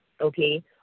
okay